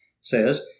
says